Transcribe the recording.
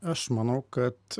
aš manau kad